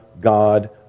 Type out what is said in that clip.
God